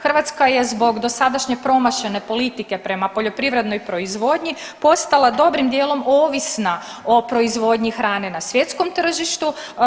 Hrvatska je zbog dosadašnje promašene politike prema poljoprivrednoj proizvodnji postala dobrim dijelom ovisna o proizvodnji hrane na svjetskom tržištu.